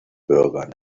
bürgern